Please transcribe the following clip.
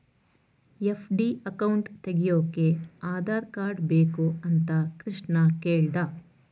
FD account ತೆಗೆಯೋಕೆ Aadhaar card ಬೇಕು ಅಂತ ಕೃಷ್ಣ ಕೇಳ್ದ